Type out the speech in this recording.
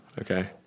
Okay